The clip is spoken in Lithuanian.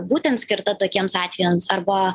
būtent skirta tokiems atvejams arba